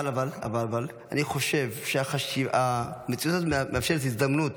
אבל אני חושב שמציאות הזאת מאפשרת הזדמנות